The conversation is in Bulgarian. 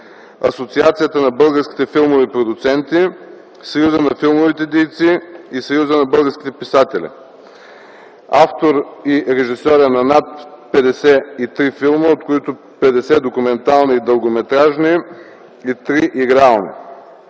Асоциацията на българските филмови продуценти, Съюза на филмовите дейци и Съюза на българските писатели. Автор и режисьор е на над 53 филма, от които 50 документални дългометражни и 3 игрални.